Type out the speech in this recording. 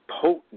potent